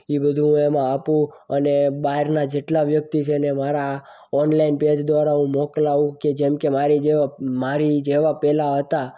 એ બધું એમાં આપું અને બહારના જેટલા વ્યક્તિ છે એને મારા ઓનલાઈન પેજ દ્વારા મોકલાવું કે જેમ કે મારી જોડે મારી જેવા પહેલાં હતા